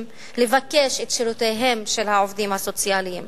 לבקש את שירותיהם של העובדים הסוציאליים.